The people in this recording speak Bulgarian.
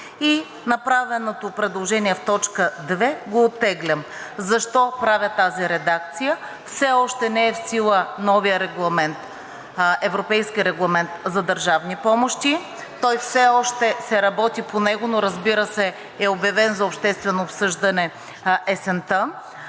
Направеното предложение в т. 2 го оттеглям. Защо правя тази редакция? Все още не е в сила новият европейски регламент за държавни помощи. По него все още се работи, но разбира се, е обявен за обществено обсъждане